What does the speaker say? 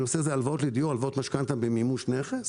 הלוואות משכנתה במימוש נכס